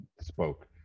spoke